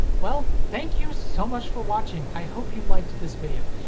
well, thank you so much for watching! i hope you liked this video.